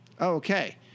Okay